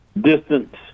distance